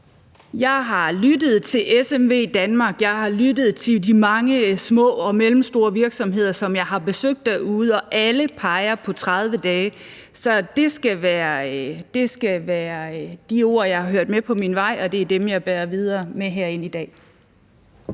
Jeg har lyttet til SMVdanmark, jeg har lyttet til de mange små og mellemstore virksomheder, som jeg har besøgt derude, og alle peger på 30 dage. Det er de ord, jeg har hørt på min vej, og det er dem, jeg bærer videre med herind i dag.